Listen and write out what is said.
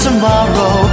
Tomorrow